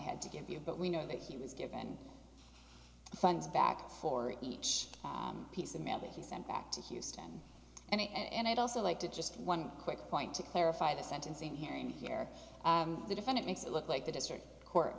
head to give you but we know that he was given funds back for each piece of mail that he sent back to houston and i'd also like to just one quick point to clarify the sentencing hearing where the defendant makes it look like the district court